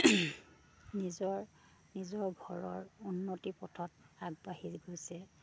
নিজৰ নিজৰ ঘৰৰ উন্নতি পথত আগবাঢ়ি গৈছে